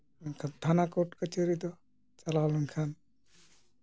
ᱢᱮᱱᱠᱷᱟᱱ ᱛᱷᱟᱱᱟ ᱠᱳᱨᱴ ᱠᱟᱹᱪᱷᱟᱹᱨᱤ ᱫᱚ ᱪᱟᱞᱟᱣ ᱞᱮᱱᱠᱷᱟᱱ